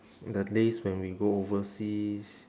the days when we go overseas